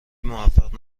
موفق